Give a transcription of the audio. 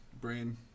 brain